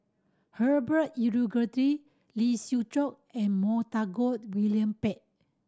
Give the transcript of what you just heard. Herbert Lee Siew Choh and Montague William Pett